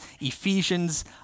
Ephesians